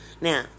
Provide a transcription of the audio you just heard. Now